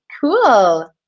Cool